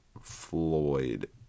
Floyd